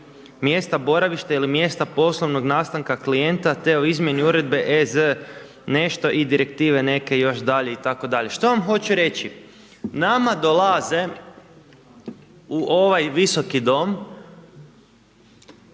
mjesta boravišta ili mjesta poslovnog nastanka klijenta, te o izmjeni Uredbi EZ nešto i Direktive neke još dalje itd. Što vam hoću reći? Nama dolaze u ovaj Visoki dom